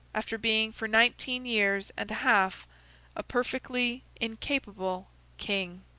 after being for nineteen years and a half a perfectly incapable king.